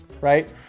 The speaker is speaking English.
right